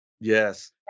Yes